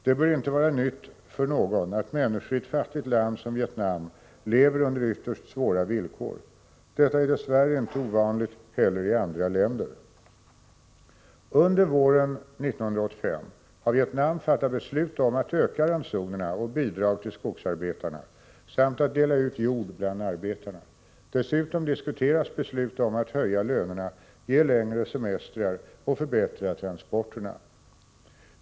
Det bör inte vara nytt för någon att människor i ett fattigt land som Vietnam lever under ytterst svåra villkor. Detta är dess värre inte ovanligt heller i andra u-länder. Under våren 1985 har Vietnam fattat beslut om att öka ransonerna och bidragen till skogsarbetarna samt dela ut jord bland arbetarna. Dessutom diskuteras beslut om att höja lönerna, ge längre semestrar och förbättra transporterna.